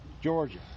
georgia